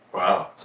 wow